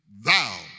thou